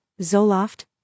Zoloft